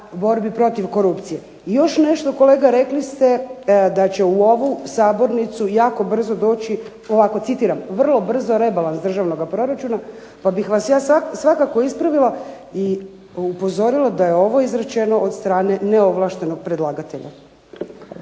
Još nešto kolega rekli ste da će u ovu sabornicu jako brzo doći, citiram: "vrlo brzo rebalans državnoga proračuna". Pa bih vas ja sada svakako ispravila i upozorila da je ovo izrečeno od strane neovlaštenog predlagatelja.